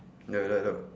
no no no